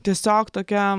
tiesiog tokia